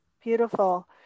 Beautiful